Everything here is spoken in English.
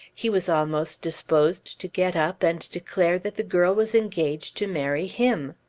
he was almost disposed to get up and declare that the girl was engaged to marry him.